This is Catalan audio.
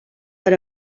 per